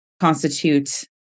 constitute